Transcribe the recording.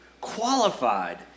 qualified